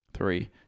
Three